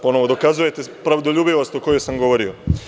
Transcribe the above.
Ponovo dokazujete pravdoljubivost o kojoj sam govorio.